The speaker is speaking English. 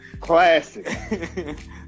Classic